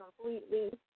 completely